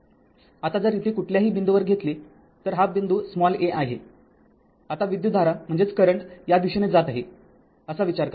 आता जर इथे कुठल्याही बिंदूवर घेतले तर हा बिंदू a आहे आता विद्युतधारा या दिशेने जात आहे असा विचार करा